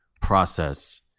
process